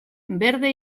berde